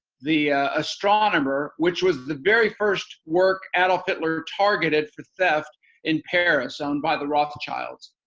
the astronomer which was the very first work adolf hitler targeted for theft in paris owned by the rothschilds.